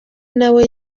nawe